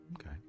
Okay